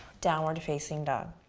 downward facing dog.